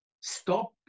stop